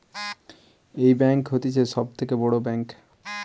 এই ব্যাঙ্ক হতিছে সব থাকে বড় ব্যাঙ্ক